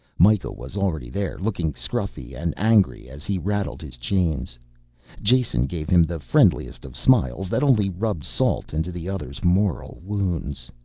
mikah was already there, looking scruffy and angry as he rattled his chains jason gave him the friendliest of smiles that only rubbed salt into the other's moral wounds.